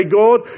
God